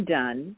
done